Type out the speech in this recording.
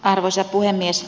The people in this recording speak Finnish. arvoisa puhemies